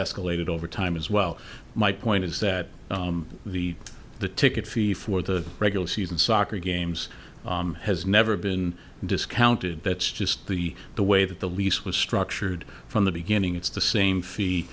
escalated over time as well my point is that the the ticket fee for the regular season soccer games has never been discounted that's just the the way that the lease was structured from the beginning it's the same fee